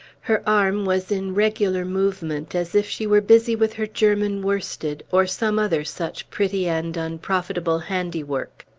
her arm was in regular movement, as if she were busy with her german worsted, or some other such pretty and unprofitable handiwork.